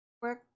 quick